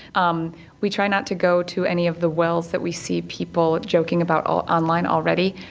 um we try not to go to any of the wells that we see people joking about ah online already.